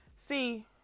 See